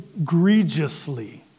egregiously